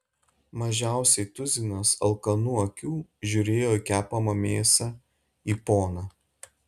mažiausiai tuzinas alkanų akių žiūrėjo į kepamą mėsą į poną